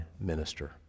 minister